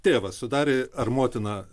tėvas sudarė ar motina